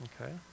okay